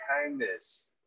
kindness